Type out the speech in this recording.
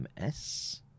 MS